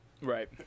Right